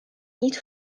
niet